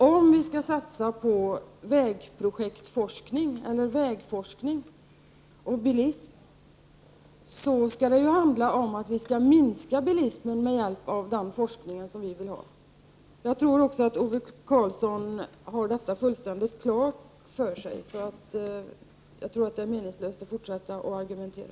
Om vi skall satsa på vägforskning och bilism skall det handla om att med hjälp av den forskningen minska bilismen. Jag tror att Ove Karlsson också har detta fullständigt klart för sig, så jag tror att det är meningslöst att fortsätta och argumentera.